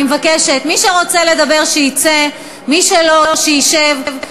אני מבקשת, מי שרוצה לדבר, שיצא, מי שלא, שישב.